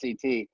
CT